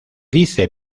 dice